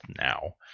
now